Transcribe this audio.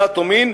דת ומין,